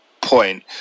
point